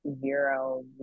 zero